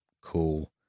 cool